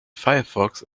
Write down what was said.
firefox